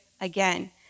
again